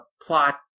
plot